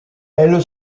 elle